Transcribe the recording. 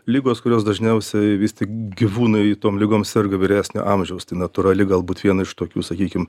ligos kurios dažniausiai vis tik gyvūnai tom ligom serga vyresnio amžiaus tai natūrali galbūt viena iš tokių sakykim